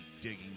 digging